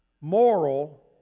Moral